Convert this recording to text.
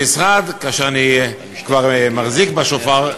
המשרד, כאשר אני כבר מחזיק בשופר,